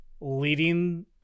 leading